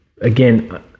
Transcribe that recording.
again